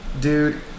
Dude